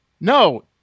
No